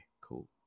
cool